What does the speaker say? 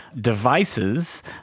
devices